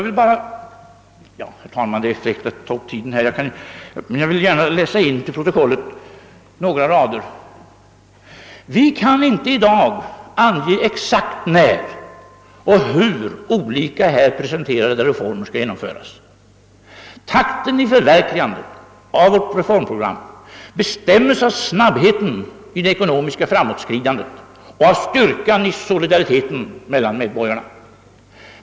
Till protokollet vill jag gärna läsa in några rader ur detta program: »Vi kan inte idag ange exakt när och hur olika här preciserade reformer skall genomföras. Takten i förverkligandet av vårt reformprogram bestämmes av snabbheten i det ekonomiska framåtskridandet och av styrkan i solidariteten mellan medborgarna.